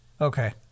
Okay